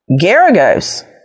Garagos